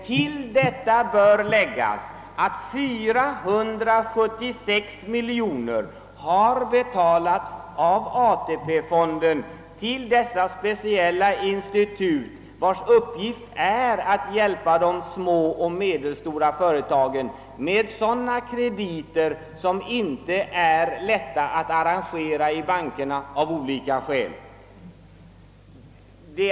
Till detta bör läggas, att 476 miljoner har utbetalats av ATP-medel till dessa speciella institut, vilkas uppgift är att hjälpa de små och medelstora företagen med sådana krediter som det av olika skäl inte är så lätt att erhålla i bankerna.